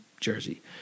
jersey